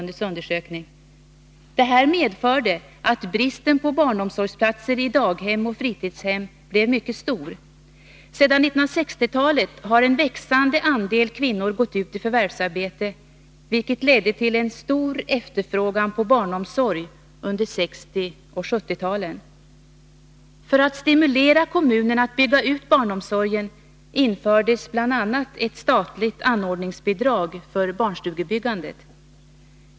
Detta medförde att bristen på barnomsorgsplatser i daghem och fritidshem blev mycket stor. Sedan 1960-talet har en växande andel kvinnor gått ut i förvärvsarbete vilket ledde till en stor efterfrågan på barnomsorg under 1960 och 1970-talen. För att stimulera kommunerna att bygga ut barnomsorgen infördes bla ett statligt anordningsbidrag för - barnstugebyggandet.